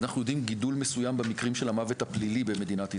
אנחנו יודעים על גידול מסוים במקרים של המוות הפלילי במדינת ישראל.